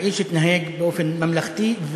האיש התנהג באופן ממלכתי,